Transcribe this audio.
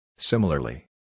Similarly